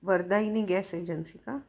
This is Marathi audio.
वरदायीनी गॅस एजन्सी का